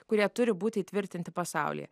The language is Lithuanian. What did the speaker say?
kurie turi būti įtvirtinti pasaulyje